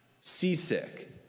seasick